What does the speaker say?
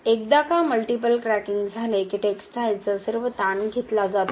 एकदा का multiple cracking झाले की टेक्सटाइलचा सर्व ताण घेतला जातो